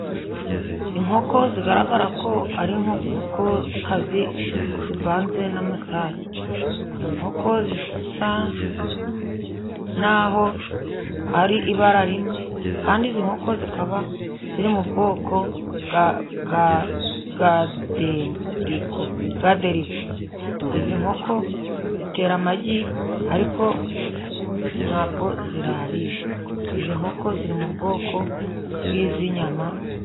Inkoko zigaragara ko ari inkokokazi zivanze n'amasake, inkoko zisa naho ari ibara rimwe kandi izi nkoko zikaba ziri mu bwoko bwadendo. Izi nkoko zitera amagi ariko ntabwo zirarira izi nkoko ziri mu bwoko bw'izi nyama.